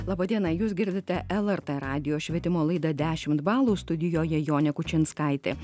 laba diena jūs girdite lrt radijo švietimo laidą dešimt balų studijoje jonė kučinskaitė